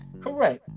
Correct